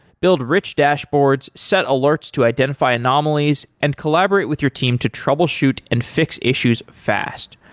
build rich dashboards, set alerts to identify anomalies and collaborate with your team to troubleshoot and fix issues fast.